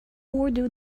urdu